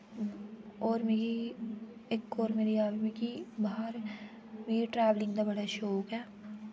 और मिगी इक और मेरी आदत ही बाह्र मिगी ट्रैवेलिंग दा बड़ा शौक ऐ